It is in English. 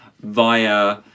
via